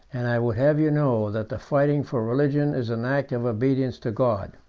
and i would have you know, that the fighting for religion is an act of obedience to god.